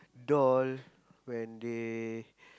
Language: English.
doll when they